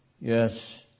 Yes